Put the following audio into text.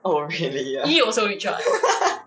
oh really ah